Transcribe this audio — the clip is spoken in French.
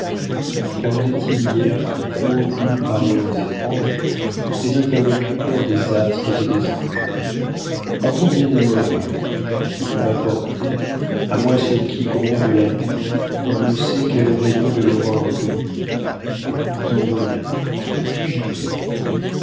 car vous étiez hier ô doux parleurs étranges les interlocuteurs des astres et des anges en vous rien n'est mauvais vous m'apportez à moi sur qui gronde la nue on ne sait quel rayon de l'aurore inconnue vous en venez j'y vais